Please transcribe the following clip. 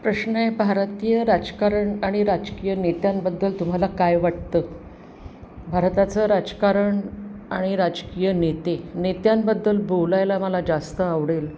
प्रश्न आहे भारतीय राजकारण आणि राजकीय नेत्यांबद्दल तुम्हाला काय वाटतं भारताचं राजकारण आणि राजकीय नेते नेत्यांबद्दल बोलायला मला जास्त आवडेल